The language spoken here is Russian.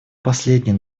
последний